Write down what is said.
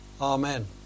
Amen